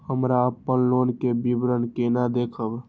हमरा अपन लोन के विवरण केना देखब?